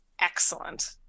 excellent